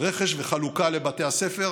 רכש וחלוקה לבתי הספר.